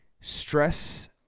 stress